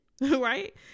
Right